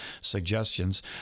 suggestions